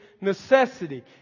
necessity